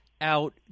out